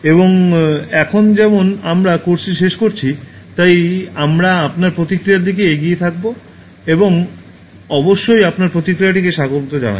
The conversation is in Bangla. এবং এখন যেমন আমরা কোর্সটি শেষ করেছি তাই আমরা আপনার প্রতিক্রিয়ার দিকে এগিয়ে থাকব আমরা অবশ্যই আপনার প্রতিক্রিয়াটিকে স্বাগত জানাই